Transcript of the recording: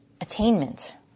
attainment